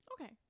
Okay